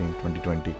2020